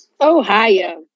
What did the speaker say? Ohio